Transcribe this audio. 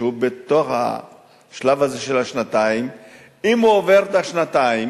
בתוך השלב הזה של השנתיים הוא עובר את השנתיים